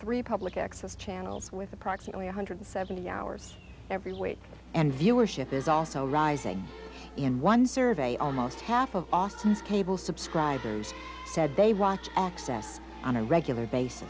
three public access channels with approximately one hundred and seventy hours every week and viewership is also rising in one survey almost half of austin's cable subscribers said they watch access on a regular basis